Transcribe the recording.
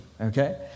okay